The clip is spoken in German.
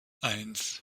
eins